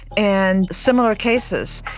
and similar cases,